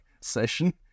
session